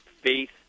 faith